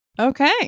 Okay